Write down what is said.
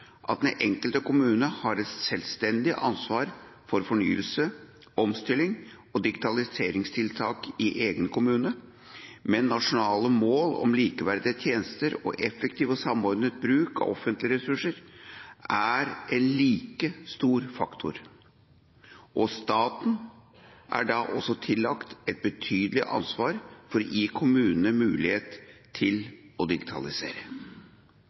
at den enkelte kommune har et selvstendig ansvar for fornyelse, omstilling og digitaliseringstiltak i egen kommune, men nasjonale mål om likeverdige tjenester og effektiv og samordnet bruk av offentlige ressurser er en like viktig faktor. Staten er også tillagt et betydelig ansvar for å gi kommunene mulighet til å digitalisere.